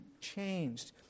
changed